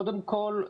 קודם כל,